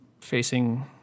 facing